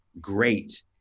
great